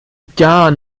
gar